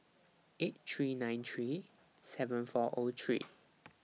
eight three nine three seven four O three